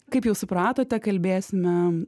kaip jau supratote kalbėsime